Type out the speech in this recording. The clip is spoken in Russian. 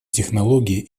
технологий